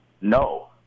No